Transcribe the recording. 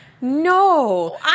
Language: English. no